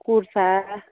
kurta